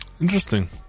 Interesting